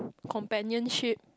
companionship